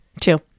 Two